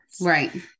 right